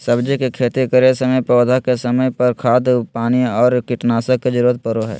सब्जी के खेती करै समय पौधा के समय पर, खाद पानी और कीटनाशक के जरूरत परो हइ